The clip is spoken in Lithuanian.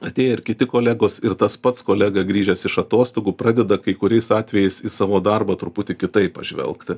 atėję ir kiti kolegos ir tas pats kolega grįžęs iš atostogų pradeda kai kuriais atvejais į savo darbą truputį kitaip pažvelgti